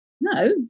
No